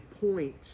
point